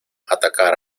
atacar